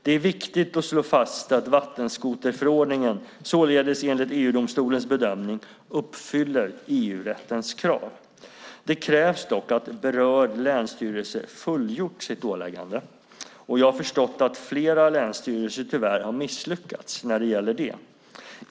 Det är viktigt att slå fast att vattenskoterförordningen således enligt EU-domstolens bedömning uppfyller EU-rättens krav. Det krävs dock att berörd länsstyrelse fullgjort sitt åläggande. Jag har förstått att flera länsstyrelser tyvärr misslyckats i detta avseende.